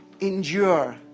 endure